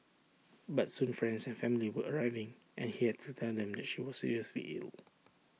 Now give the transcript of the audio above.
but soon friends and family were arriving and he had to tell them that she was seriously ill